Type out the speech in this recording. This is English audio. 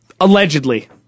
Allegedly